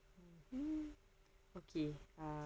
mmhmm okay uh